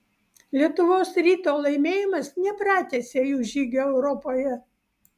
lietuvos ryto laimėjimas nepratęsė jų žygio europoje